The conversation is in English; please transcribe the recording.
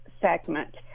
segment